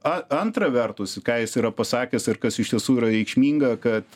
a antra vertus ką jis yra pasakęs ir kas iš tiesų yra reikšminga kad